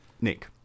Nick